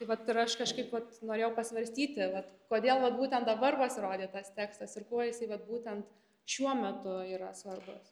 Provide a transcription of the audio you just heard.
tai vat ir aš kažkaip vat norėjau pasvarstyti vat kodėl va būtent dabar pasirodė tas tekstas ir kuo jisai vat būtent šiuo metu yra svarbus